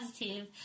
positive